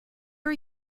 are